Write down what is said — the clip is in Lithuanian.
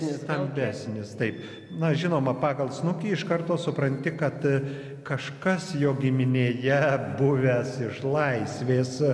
stambesnis taip na žinoma pagal snukį iš karto supranti kad kažkas jo giminėje buvęs iš laisvės